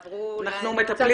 או עובדי רשות המיסים --- זה קצת